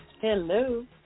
Hello